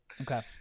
okay